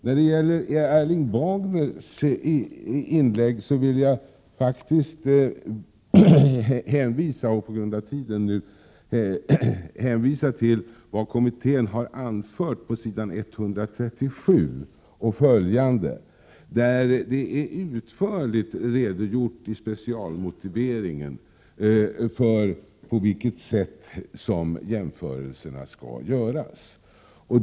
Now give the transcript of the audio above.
När det gäller Erling Bagers inlägg vill jag bl.a. på grund av den korta taletid jag har till förfogande hänvisa till vad kommittén har anfört på s. 137 och följande, där man i specialmotiveringen utförligt redogjort för på vilket sätt jämförelserna skall göras.